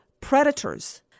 predators